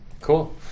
Cool